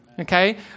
Okay